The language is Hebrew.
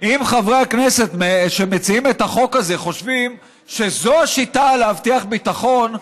אם חברי הכנסת שמציעים את החוק הזה חושבים שזו השיטה להבטיח ביטחון,